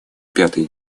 пятый